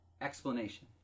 explanation